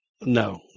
No